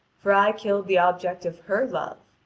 for i killed the object of her love.